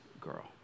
girl